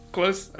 Close